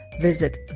visit